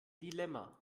dilemma